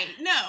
No